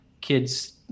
kids